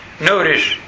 Notice